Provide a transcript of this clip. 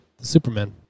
Superman